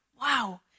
wow